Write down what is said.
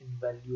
value